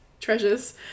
treasures